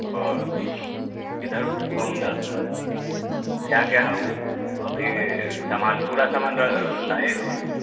ओ इधर डालूँगा क्या क्या अब ये सामान पूरा सामान लाए हो